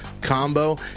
combo